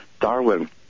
Darwin